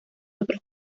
otros